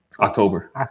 October